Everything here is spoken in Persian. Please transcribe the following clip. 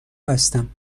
هستم